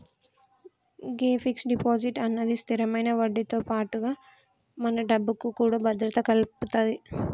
గే fix deposit అన్నది స్థిరమైన వడ్డీతో పాటుగా మన డబ్బుకు కూడా భద్రత కల్పితది